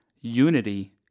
unity